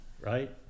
right